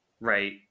Right